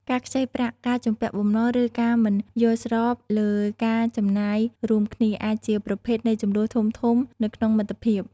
ការខ្ចីប្រាក់ ការជំពាក់បំណុល ឬការមិនយល់ស្របលើការចំណាយរួមគ្នា អាចជាប្រភពនៃជម្លោះធំៗនៅក្នុងមិត្តភាព ។